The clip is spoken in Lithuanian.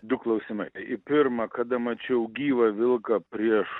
du klausimai į pirmą kada mačiau gyvą vilką prieš